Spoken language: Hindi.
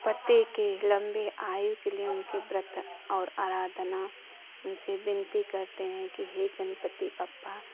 पति की लंबी आयु के लिए उनके व्रत और आराधना उनसे विनती करते हैं कि हे गणपति बप्पा